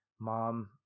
mom